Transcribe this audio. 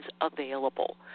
available